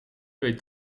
weet